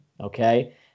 okay